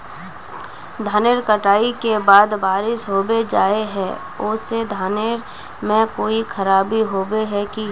धानेर कटाई के बाद बारिश होबे जाए है ओ से धानेर में कोई खराबी होबे है की?